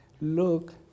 Look